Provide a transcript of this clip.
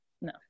No